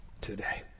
today